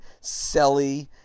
selly